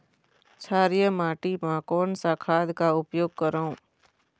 क्षारीय माटी मा कोन सा खाद का उपयोग करों?